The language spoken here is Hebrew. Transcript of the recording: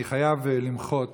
אני חייב למחות